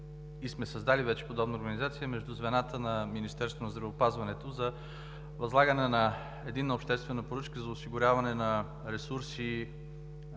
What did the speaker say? сме създали подобна организация между звената на Министерството на здравеопазването за възлагане на единна обществена поръчка за осигуряване на ресурси